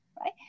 right